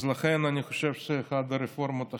אני חושב שזו אחת הרפורמות החשובות.